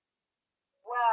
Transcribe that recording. Wow